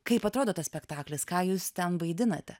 kaip atrodo tas spektaklis ką jūs ten vaidinate